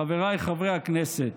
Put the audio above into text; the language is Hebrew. חבריי חברי הכנסת,